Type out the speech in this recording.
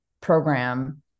program